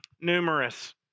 numerous